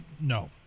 no